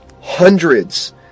hundreds